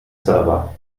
server